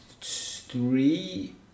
three